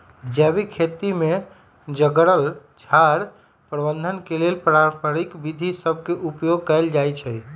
जैविक खेती में जङगल झार प्रबंधन के लेल पारंपरिक विद्ध सभ में उपयोग कएल जाइ छइ